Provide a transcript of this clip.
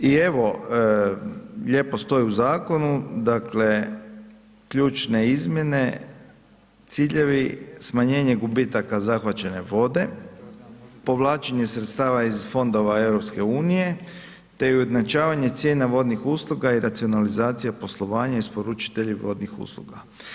I evo, lijepo stoji u Zakonu, dakle ključne izmjene, ciljevi, smanjenje gubitaka zahvaćene vode, povlačenje sredstava iz Fondova Europske unije, te ujednačavanje cijena vodnih usluga i racionalizacija poslovanja isporučitelji vodnih usluga.